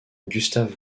gustav